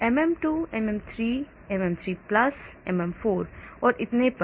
तो MM2 MM3 MM3 MM4 और इतने पर